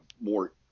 more